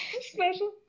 Special